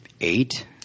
Eight